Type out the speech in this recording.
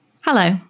Hello